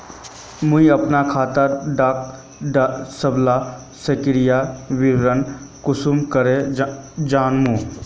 मुई अपना खाता डार सबला सक्रिय विवरण कुंसम करे जानुम?